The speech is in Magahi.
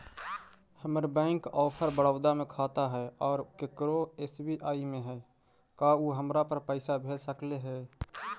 हमर बैंक ऑफ़र बड़ौदा में खाता है और केकरो एस.बी.आई में है का उ हमरा पर पैसा भेज सकले हे?